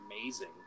amazing